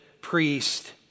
priest